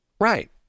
Right